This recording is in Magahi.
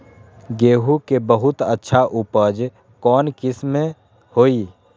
गेंहू के बहुत अच्छा उपज कौन किस्म होई?